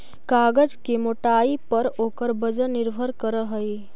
कागज के मोटाई पर ओकर वजन निर्भर करऽ हई